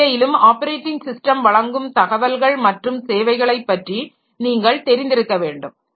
இந்நிலையிலும் operating system வழங்கும் தகவல்கள் மற்றும் சேவைகளை பற்றி நீங்கள் தெரிந்திருக்க வேண்டும்